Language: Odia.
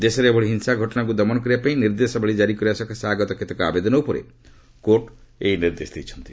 ଦେଶରେ ଏଭଳି ହିଂସା ଘଟଣାକୁ ଦମନ କରିବା ପାଇଁ ନିର୍ଦ୍ଦେଶାବଳୀ ଜାରି କରିବା ସକାଶେ ଆଗତ କେତେକ ଆବେଦନ ଉପରେ କୋର୍ଟ ଏହି ନିର୍ଦ୍ଦେଶ ଦେଇଛନ୍ତି